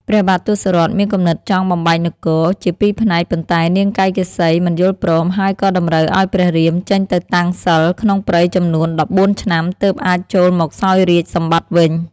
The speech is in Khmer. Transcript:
ព្រះបាទទសរថ មានគំនិតចង់បំបែកនគរ ជាពីរផ្នែកប៉ុន្តែនាងកៃកេសី មិនយល់ព្រមហើយក៏តម្រូវឱ្យព្រះរាម ចេញទៅតាំងសិល្ប៍ក្នុងព្រៃចំនួន១៤ឆ្នាំ ទើបអាចចូលមកសោយរាជ្យសម្បត្តិវិញ។